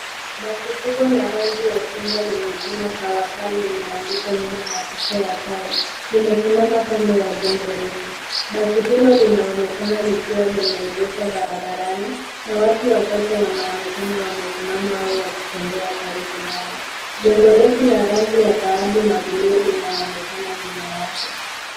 Basi kubwa la rangi ya chungwa lenye jina Tawakal limeandikwa nyuma na picha ya tai. Limesimama kando ya jengo refu. Basi hilo linaonekana likiwa limeegeshwa barabarani na watu wachache wanaonekana wamesimama au wakitembea karibu nalo. Jengo refu la rangi ya dhahabu na bluu linaonekana na nyuma yake.